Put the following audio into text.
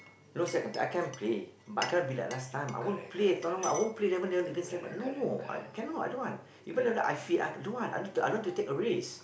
not say I cannot play I can play but I cannot be like last time I won't play tournament I won't play eleven eleven against them no cannot I don't want even though I fit I don't want I don't want to take a risk